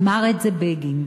אמר את זה בגין.